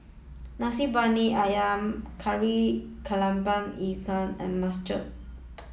Nasi Briyani Ayam Kari Kepala Ikan and Masala Thosai